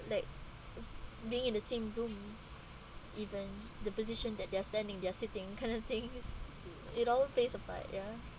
like being in the same room even the position that they're standing there sitting kind of things it all face a part ya